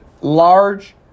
large